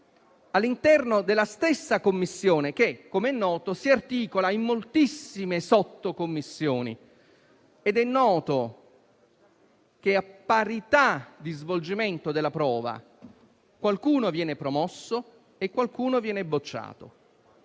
d'appello e della stessa commissione, che - come noto - si articola in moltissime sottocommissioni. Ed è noto che, a parità di svolgimento della prova, qualcuno viene promosso e qualcuno viene bocciato.